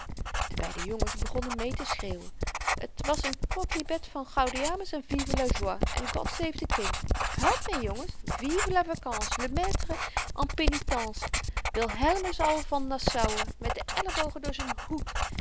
de beide jongens begonnen meeteschreeuwen t was n quodlibet van gaudeamus en vive la joie en god save the king help mee jongens vive la vacance le maître en pénitence wilhellemus al van nassouwe met de ellebogen door z'n hoed